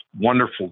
wonderful